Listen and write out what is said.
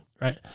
right